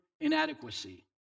inadequacy